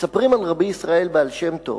מספרים על רבי ישראל הבעל שם טוב,